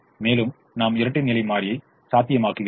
மேலும் நாம் இரட்டை நிலை மாறியை சாத்தியமாக்குகிறோம்